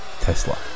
Tesla